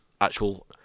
actual